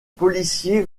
policiers